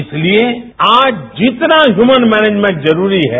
इसलिए आज जितना ह्युमन मैनेजमेंट जरूरी है